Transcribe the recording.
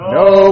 no